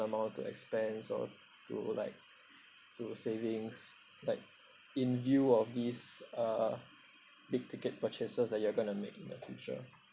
amount to expense so to like to savings like in view of these uh big-ticket purchases that you are going to make in the future